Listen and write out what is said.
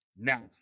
Now